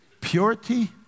purity